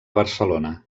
barcelona